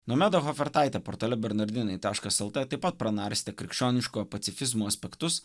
nomeda hofertaitė portale bernardinai taškas lt taip pat pranarstė krikščioniško pacifizmo aspektus